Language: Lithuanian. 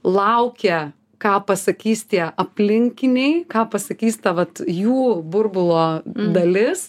laukia ką pasakys tie aplinkiniai ką pasakys ta va jų burbulo dalis